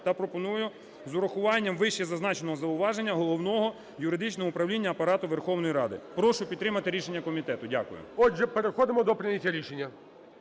та пропоную з урахуванням вищезазначеного зауваження Головного юридичного управління Апарату Верховної Ради. Прошу підтримати рішення комітету. Дякую. ГОЛОВУЮЧИЙ. Отже, переходимо до прийняття рішення.